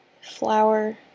Flower